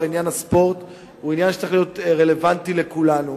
אני חושב שבסופו של דבר עניין הספורט צריך להיות רלוונטי לכולנו.